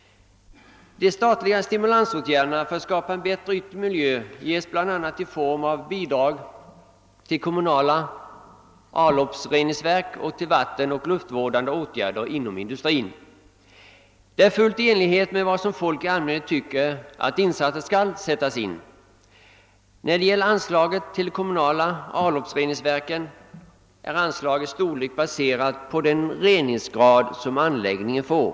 De statliga stimulansåtgärderna för att skapa en bättre yttre miljö sker bl.a. i form av bidrag till kommunala avloppsreningsverk och till vattenoch luftvårdande åtgärder inom industrin. Detta är fullt i enlighet med var folk i allmänhet anser att insatserna skall göras. Storleken av anslagen till kommunala reningsverk är baserad på den reningsgrad som anläggningen får.